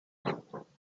cuatro